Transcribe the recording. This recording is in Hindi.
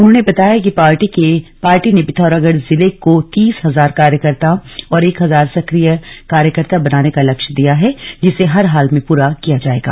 उन्होंने बताया कि पार्टी ने पिथौरागढ़ जिले को तीस हजार कार्यकर्ता और एक हजार सक्रिय कार्यकर्ता बनाने का लक्ष्य दिया है जिसे हर हाल में पूरा किया जायेगा